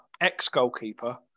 ex-goalkeeper